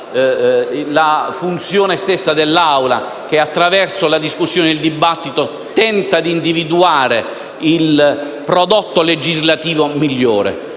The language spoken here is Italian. la funzione stessa dell'Assemblea, che attraverso la discussione e il dibattito tenta di individuare il prodotto legislativo migliore.